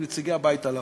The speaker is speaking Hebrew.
עם נציגי הבית הלבן.